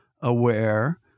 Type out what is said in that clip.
aware